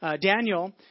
Daniel